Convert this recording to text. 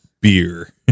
beer